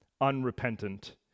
unrepentant